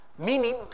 Meaning